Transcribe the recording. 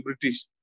British